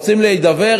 רוצים להידבר?